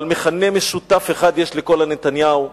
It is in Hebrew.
אבל מכנה משותף אחד יש לכל ה"נתניהו"